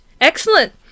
excellent